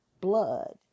blood